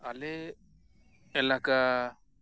ᱟᱞᱮ ᱮᱞᱟᱠᱟ